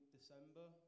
December